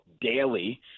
daily